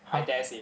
!huh!